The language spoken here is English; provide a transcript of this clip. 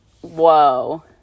Whoa